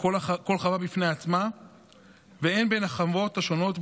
כל חווה בפני עצמה והן בין החוות השונות,